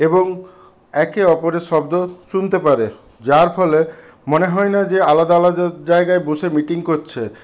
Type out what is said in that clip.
এবং একে অপরের শব্দ শুনতে পারে যার ফলে মনে হয় না যে আলাদা আলাদা জায়গায় বসে মিটিং করছে